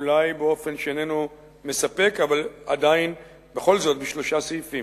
אולי באופן שאיננו מספק אבל עדיין בכל זאת בשלושה סעיפים: